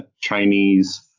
Chinese